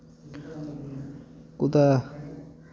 कुतै